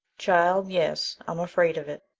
child, yes, i'm afraid of it.